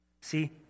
See